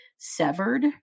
Severed